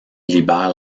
libère